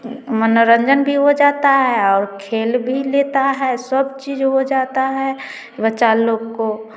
मनोरंजन भी हो जाता है और खेल भी लेता है सब चीज हो जाता है बच्चा लोग को